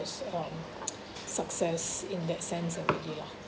um success in that sense already lah